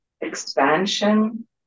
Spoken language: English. expansion